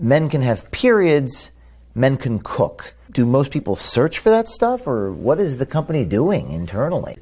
men can have periods men can cook do most people search for that stuff for what is the company doing internally